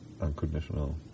unconditional